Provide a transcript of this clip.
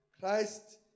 Christ